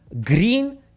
green